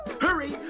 hurry